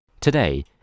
Today